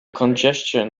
congestion